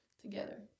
together